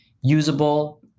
usable